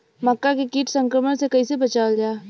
मक्का के कीट संक्रमण से कइसे बचावल जा?